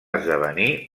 esdevenir